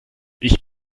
ich